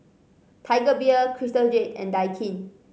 Tiger Beer Crystal Jade and Daikin